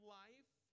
life